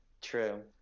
true